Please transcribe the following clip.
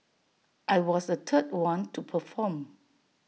I was the third one to perform